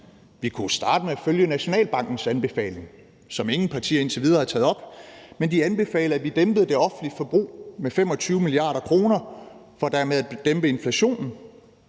Vi kunne jo starte med at følge Nationalbankens anbefalinger, som ingen partier indtil videre har taget op. De anbefalede, at vi dæmpede det offentlige forbrug med 25 mia. kr. for dermed at dæmpe inflationen.